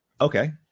okay